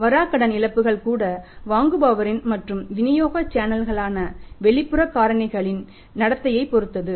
வராக்கடன் இழப்புகள் கூட வாங்குபவரின் மற்றும் விநியோக சேனல்களான வெளிப்புற காரணிகளின் நடத்தையைப் பொறுத்தது